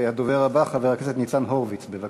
והדובר הבא, חבר הכנסת ניצן הורוביץ, בבקשה.